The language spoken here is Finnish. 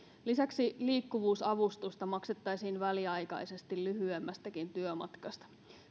lisäksi liikkuvuusavustusta maksettaisiin väliaikaisesti lyhyemmästäkin työmatkasta